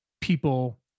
people